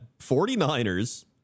49ers